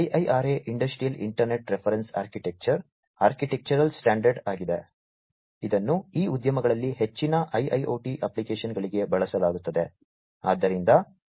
IIRA industrial internet reference architecture architectural standard ಆಗಿದೆ ಇದನ್ನು ಈ ಉದ್ಯಮಗಳಲ್ಲಿ ಹೆಚ್ಚಿನ IIoT ಅಪ್ಲಿಕೇಶನ್ಗಳಿಗೆ ಬಳಸಲಾಗುತ್ತದೆ